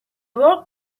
work